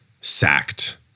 sacked